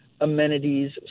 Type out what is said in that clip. amenities